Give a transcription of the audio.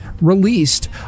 released